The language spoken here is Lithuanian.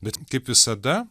bet kaip visada